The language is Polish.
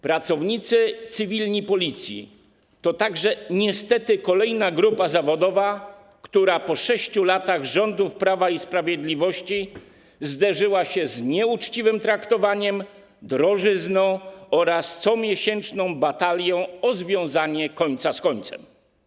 Pracownicy cywilni Policji to także niestety kolejna grupa zawodowa, która po 6 latach rządów Prawa i Sprawiedliwości zderza się z nieuczciwym traktowaniem, drożyzną oraz comiesięczną batalią o związanie końca z końcem.